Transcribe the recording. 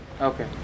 Okay